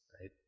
right